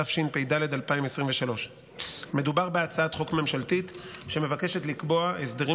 התשפ"ד 2023. מדובר בהצעת חוק ממשלתית שמבקשת לקבוע הסדרים